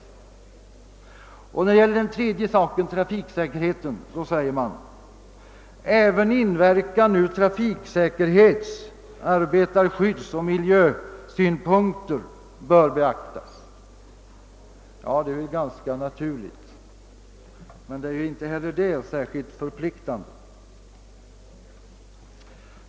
För det tredje säger utskottet beträffande trafiksäkerheten: >»Även inverkan ur trafiksäkerhets-, arbetarskyddsoch miljösynpunkter bör beaktas.« Ja, det är ganska naturligt, men inte heller det är särskilt förpliktande.